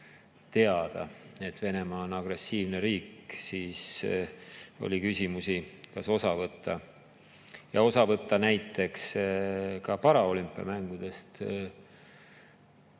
teada, et Venemaa on agressiivne riik, siis oli küsimus, kas ta võib osa võtta ja näiteks ka paraolümpiamängudest.